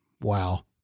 Wow